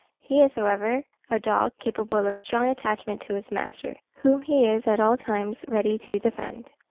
he is, however, a dog capable of strong attachment to his master, whom he is at all times ready to defend.